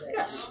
Yes